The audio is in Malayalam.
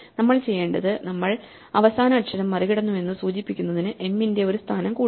നമ്മൾ ചെയ്യേണ്ടത് നമ്മൾ അവസാന അക്ഷരം മറികടന്നുവെന്ന് സൂചിപ്പിക്കുന്നതിന് m ന്റെ ഒരു സ്ഥാനം കൂട്ടും